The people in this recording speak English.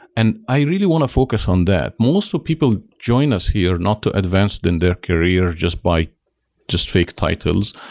and i really want to focus on that. most of people join us here not to advanced in their career just by just fake titles,